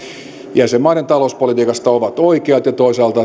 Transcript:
jäsenmaiden talouspolitiikasta ovat oikeat ja toisaalta